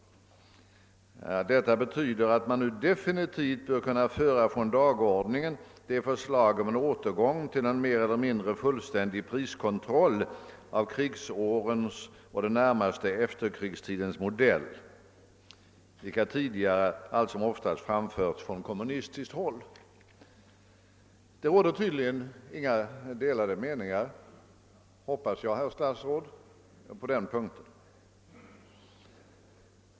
Detta betyder att man nu definitivt bör kunna föra från dagordningen de förslag om en återgång till en mer eller mindre fullständig priskontroll av krigsårens och den närmaste efterkrigstidens modell, vilka tidigare alltsomoftast framförts från kommunistiskt håll. Jag hoppas, herr statsråd, att det inte råder några delade meningar på den punkten.